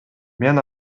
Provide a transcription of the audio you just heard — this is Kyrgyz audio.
мен